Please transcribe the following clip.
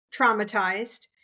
traumatized